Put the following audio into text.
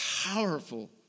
powerful